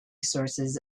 sources